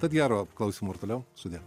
tad gero klausymo ir toliau sudie